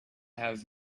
have